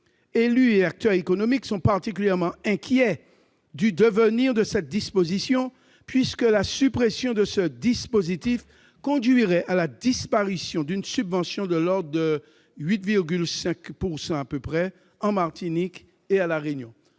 Élus et acteurs économiques sont particulièrement inquiets du devenir de cette disposition, puisque la suppression de ce dispositif conduirait à la disparition d'une subvention de l'ordre de 8,5 % à peu près en Martinique et à La Réunion.